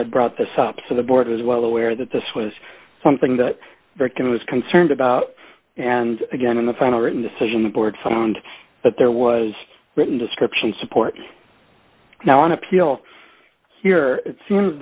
had brought this up so the board is well aware that this was something that victim was concerned about and again in the final written decision the board sound that there was written description support now on appeal here it seems